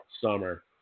summer